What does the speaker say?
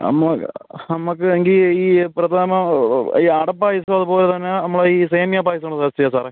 നമ്മൾക്ക് എങ്കിൽ ഈ പ്രഥമൻ ഈ അട പായസം അതുപോലെ തന്നെ നമ്മളെ ഈ സേമിയ പായസം സെറ്റ് ചെയ്യാം സാറേ